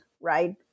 right